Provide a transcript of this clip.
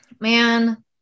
man